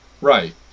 Right